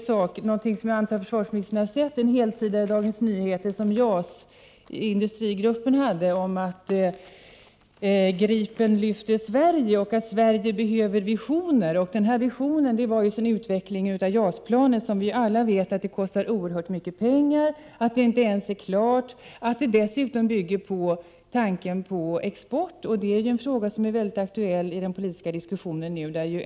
Jag antar att försvarsministern har sett en helsida i Dagens Nyheter som Industrigruppen JAS infört om att JAS Gripen lyfter Sverige och om att Sverige behöver visioner. Visionen i det sammanhanget gällde JAS-planet, vilket som vi alla vet kostar oerhört mycket pengar, inte ens är klart och dessutom bygger på tanken på export. Det är en i den politiska diskussionen nu mycket aktuell fråga.